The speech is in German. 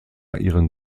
ihren